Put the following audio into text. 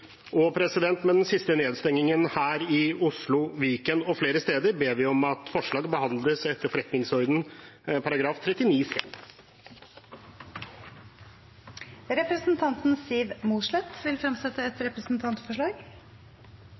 Med den siste nedstengingen her i Oslo, Viken og flere steder ber vi om at forslaget behandles etter forretningsordenens § 39 c. Representanten Siv Mossleth vil fremsette et representantforslag.